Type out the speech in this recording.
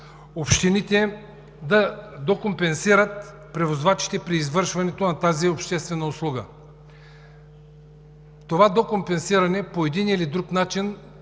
общините да докомпенсират превозвачите при извършването на тази обществена услуга. Това докомпенсиране по един или друг начин